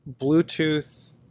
Bluetooth